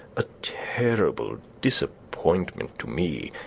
a terrible disappointment to me,